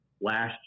last